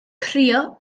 crio